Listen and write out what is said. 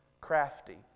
crafty